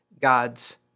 God's